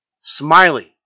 Smiley